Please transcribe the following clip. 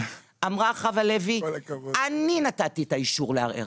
אמרה חוה לוי: אני נתתי את האישור לערער,